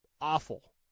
awful